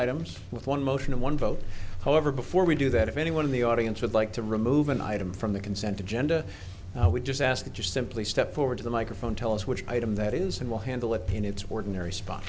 items with one motion of one vote however before we do that if anyone in the audience would like to remove an item from the consent agenda we just ask just simply step forward to the microphone tell us which item that is and will handle the pain its ordinary spot